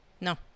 No